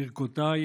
ברכותיי